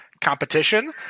competition